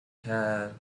care